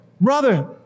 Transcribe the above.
brother